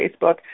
Facebook